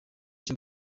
cyo